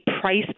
price